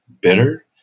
bitter